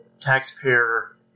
taxpayer